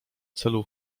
celu